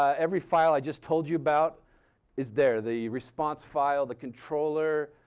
every file i just told you about is there. the response file, the controller,